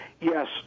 yes